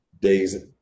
days